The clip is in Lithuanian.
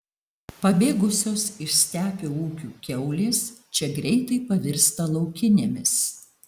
pabėgusios iš stepių ūkių kiaulės čia greitai pavirsta laukinėmis